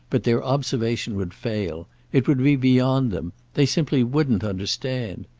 but their observation would fail it would be beyond them they simply wouldn't understand.